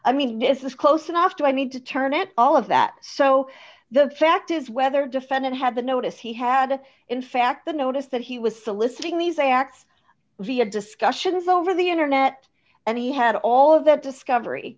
i mean is this close enough do i need to turn it all of that so the fact is whether defendant had the notice he had in fact the notice that he was soliciting these acts via discussions over the internet and he had all of that discovery